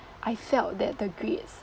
I felt that the grades